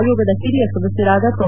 ಆಯೋಗದ ಹಿರಿಯ ಸದಸ್ಯರಾದ ಪ್ರೊ